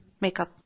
makeup